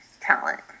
talent